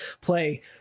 play